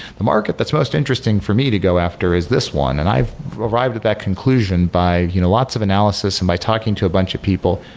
the market that's most interesting for me to go after is this one, and i've arrived at that conclusion by you know lots of analysis and by talking to a bunch of people.